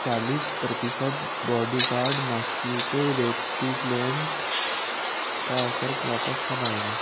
चालीस प्रतिशत bodyguard mosquito repellent का ऑफ़र वापस कब आएगा